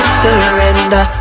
surrender